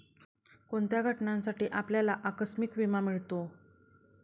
कोणत्या घटनांसाठी आपल्याला आकस्मिक विमा मिळतो?